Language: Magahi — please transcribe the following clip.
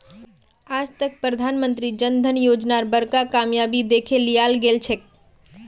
आज तक प्रधानमंत्री जन धन योजनार बड़का कामयाबी दखे लियाल गेलछेक